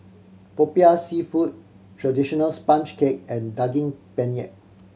Popiah Seafood traditional sponge cake and Daging Penyet